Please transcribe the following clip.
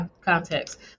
context